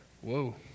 Whoa